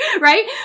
right